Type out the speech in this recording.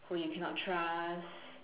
who you cannot trust